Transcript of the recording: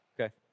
Okay